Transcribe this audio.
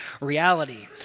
reality